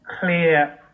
clear